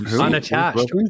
Unattached